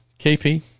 KP